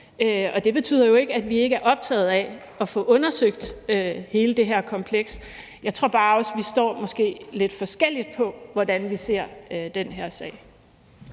Det betyder jo ikke, at vi ikke er optaget af at få undersøgt hele det her kompleks. Jeg tror måske bare også, at vi står lidt forskelligt, i forhold til hvordan vi ser den her sag.